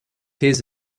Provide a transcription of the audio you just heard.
his